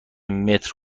متر